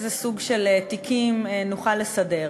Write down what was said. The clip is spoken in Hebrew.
תיקים נוכל לסדר,